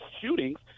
shootings